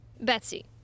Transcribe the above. Betsy